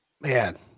man